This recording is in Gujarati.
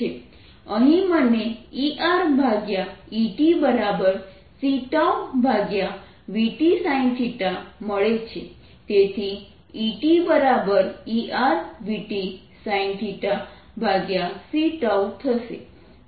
અહીં મને ErEtc τvt sin મળે છે તેથી EtEr vt sin c τ થશે